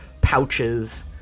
pouches